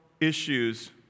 issues